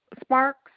Sparks